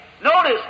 Notice